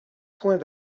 points